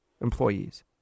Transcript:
employees